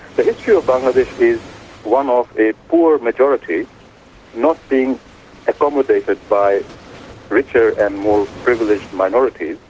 the history of bangladesh one of a poor majority not being accommodated by richer and more privileged minorities.